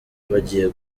bagiye